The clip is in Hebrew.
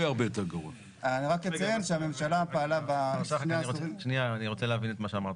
אני רוצה להבין את מה שאמרת.